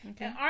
Okay